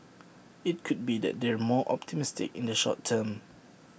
IT could be that they're more optimistic in the short term